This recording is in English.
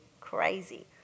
Crazy